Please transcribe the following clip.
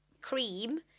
cream